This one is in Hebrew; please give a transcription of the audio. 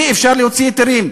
אי-אפשר להוציא היתרים.